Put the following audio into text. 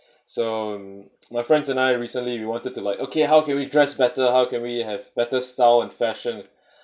so um my friends and I recently we wanted to like okay how can we dress better how can we have better style and fashion